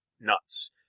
nuts